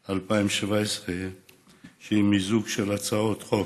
התשע"ח 2017, שהיא מיזוג של הצעות חוק,